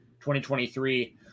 2023